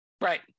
Right